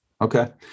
Okay